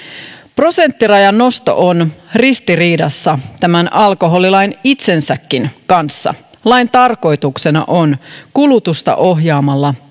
prosenttirajan nosto on ristiriidassa tämän alkoholilain itsensäkin kanssa lain tarkoituksena on kulutusta ohjaamalla